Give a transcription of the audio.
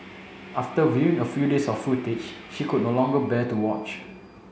after viewing a few days of footage she could no longer bear to watch